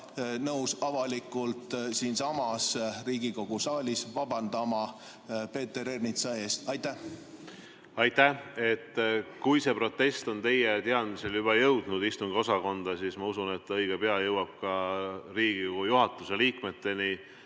nõus ka avalikult siinsamas Riigikogu saalis vabandama Peeter Ernitsa ees? Aitäh! Kui see protest on teie teadmisel juba jõudnud istungiosakonda, siis ma usun, et õige pea jõuab see ka Riigikogu juhatuse liikmeteni.